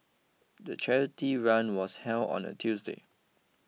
the charity run was held on a Tuesday